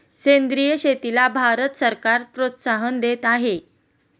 सेंद्रिय शेतीला भारत सरकार प्रोत्साहन देत आहे